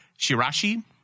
shirashi